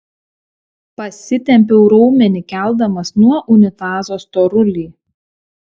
pasitempiau raumenį keldamas nuo unitazo storulį